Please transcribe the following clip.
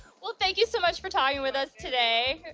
well, thank you so much for talking with us today.